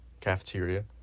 cafeteria